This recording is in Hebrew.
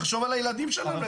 תחשוב על הילדים שלנו.